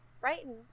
Brighton